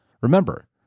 Remember